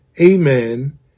amen